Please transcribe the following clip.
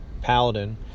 paladin